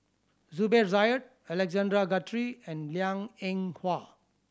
Zubir Said Alexander Guthrie and Liang Eng Hwa